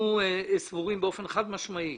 אנחנו סבורים באופן חד משמעי